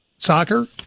Soccer